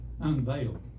Unveiled